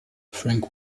frank